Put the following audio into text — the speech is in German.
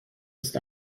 ist